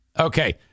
Okay